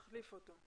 הוא מחליף אותו.